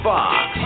Fox